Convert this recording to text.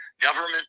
government